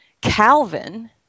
Calvin –